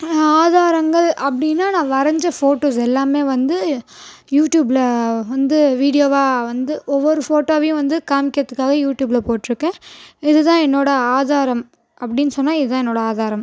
ஆதாரங்கள் அப்படின்னா நான் வரைஞ்ச ஃபோட்டோஸ் எல்லாமே வந்து யூட்யூப்பில் வந்து வீடியோவா வந்து ஒவ்வொரு ஃபோட்டோவையும் வந்து காமிக்கிறதுக்காக யூட்யூப்பில் போட்டுருக்கேன் இதுதான் என்னோட ஆதாரம் அப்படினு சொன்னால் இதுதான் என்னோட ஆதாரம்